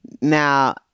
Now